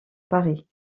paris